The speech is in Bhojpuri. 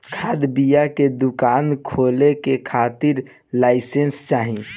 खाद बिया के दुकान खोले के खातिर लाइसेंस चाही